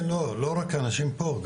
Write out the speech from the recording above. לא רק אנשים פה,